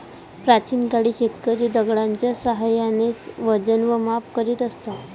प्राचीन काळी शेतकरी दगडाच्या साहाय्याने वजन व माप करीत असत